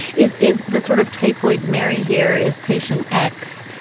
is is this sort of typhoid mary here is patient x,